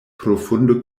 profunde